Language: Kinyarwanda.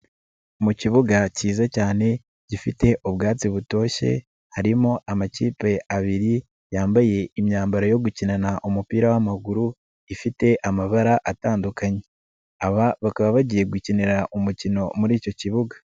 Mu kibuga cyiza cyane, gifite ubwatsi butoshye, harimo amakipe abiri, yambaye imyambaro yo gukinana umupira w'amaguru, ifite amabara atandukanye. Aba bakaba bagiye gukinira umukino muri icyo kibuga.